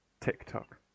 TikTok